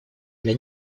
для